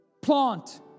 plant